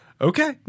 Okay